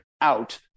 out